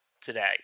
today